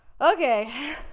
Okay